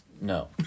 no